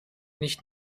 nicht